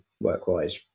work-wise